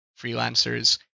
freelancers